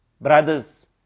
brothers